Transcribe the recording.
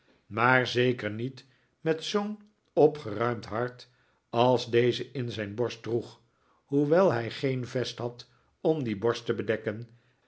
maar zeker niet met zoo'n opgeruimd hart als deze in zijn borst droeg hoewel hij geen vest had om die borst te bedekken